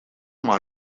maar